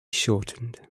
shortened